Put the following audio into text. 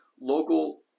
local